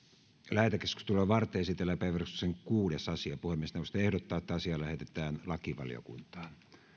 lähetekeskustelua varten esitellään päiväjärjestyksen kuudes asia puhemiesneuvosto ehdottaa että asia lähetetään lakivaliokuntaan